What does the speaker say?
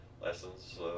lessons